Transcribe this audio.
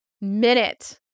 minute